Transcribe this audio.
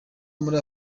muri